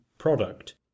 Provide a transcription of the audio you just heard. product